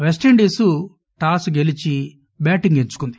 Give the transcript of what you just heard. వెస్టిండీస్టాస్గిలీచిబ్యాటింగ్ఎంచుకుంది